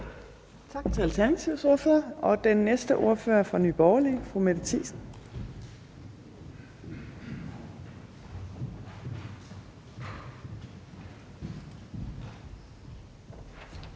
Tak til Alternativets ordfører. Den næste ordfører er fra Nye Borgerlige, fru Mette Thiesen.